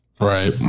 right